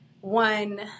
one